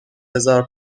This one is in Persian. هزار